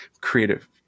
creative